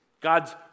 God's